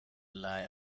lie